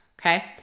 okay